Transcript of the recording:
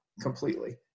completely